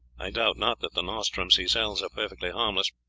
i doubt not that the nostrums he sells are perfectly harmless,